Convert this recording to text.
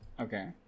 Okay